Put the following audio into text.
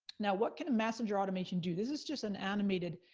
now what can messenger automation do? this is just an animated,